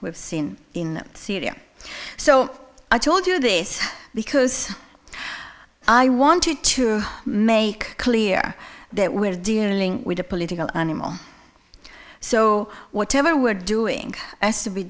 we've seen in syria so i told you this because i wanted to make clear that we're dealing with a political animal so whatever we're doing is to be